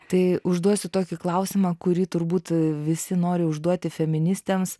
tai užduosiu tokį klausimą kurį turbūt visi nori užduoti feministėms